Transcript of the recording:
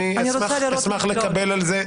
אני אשמח לקבל את זה,